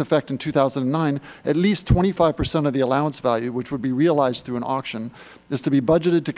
effect in two thousand and nine at least twenty five percent of the allowance value which would be realized through an auction is to be budgeted to